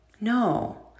No